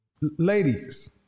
Ladies